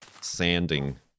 sanding